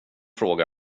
fråga